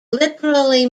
literally